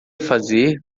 fazer